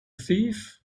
thief